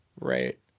Right